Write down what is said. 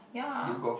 yeah